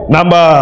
Number